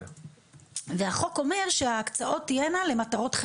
והחוק אומר שההקצאות תהיינה למטרות,